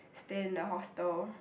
stay in the hostel